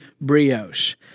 brioche